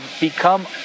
become